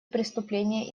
преступления